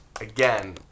Again